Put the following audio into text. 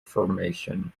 formation